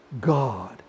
God